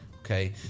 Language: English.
okay